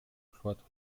cloître